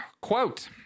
quote